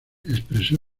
expresó